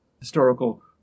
historical